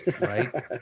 Right